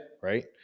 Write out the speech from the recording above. Right